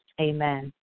Amen